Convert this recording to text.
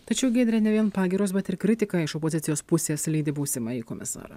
tačiau giedre ne vien pagyros bet ir kritika iš opozicijos pusės lydi būsimąjį komisarą